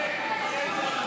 תתחנן.